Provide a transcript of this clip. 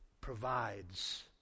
provides